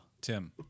Tim